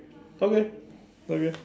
okay okay